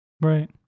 right